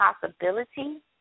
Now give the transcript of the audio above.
possibility